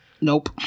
Nope